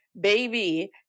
Baby